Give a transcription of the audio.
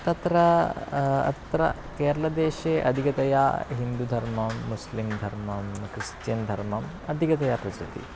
तत्र अत्र केरलदेशे अधिकतया हिन्दुधर्मं मुस्लिं धर्मं क्रिस्चियन्धर्मम् अधिकतया प्रचलति